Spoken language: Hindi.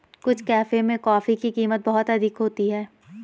कुछ कैफे में कॉफी की कीमत बहुत अधिक होती है